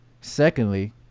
Secondly